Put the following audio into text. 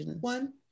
one